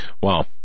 Wow